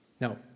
Now